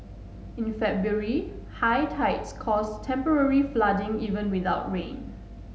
in February high tides caused temporary flooding even without rain